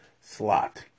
slot